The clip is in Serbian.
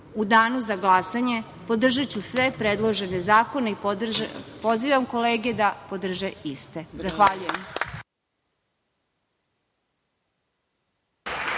danu za glasanje podržaću sve predložene zakone i pozivam kolege da podrže iste. Zahvaljujem.